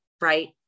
right